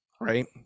Right